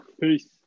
Peace